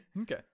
Okay